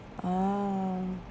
ah